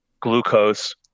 glucose